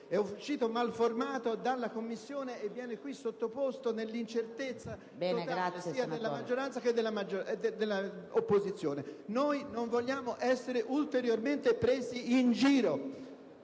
è uscito malformato dalla Commissione e ci viene qui sottoposto nell'incertezza totale, sia della maggioranza che dell'opposizione. Noi non vogliamo essere ulteriormente presi in giro!